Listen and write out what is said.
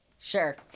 Sure